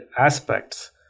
aspects